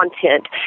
content